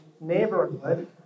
neighborhood